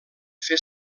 fer